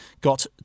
got